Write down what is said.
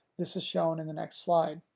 this is shown in the next slide.